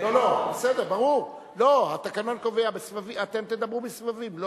אתם תדברו בסבבים.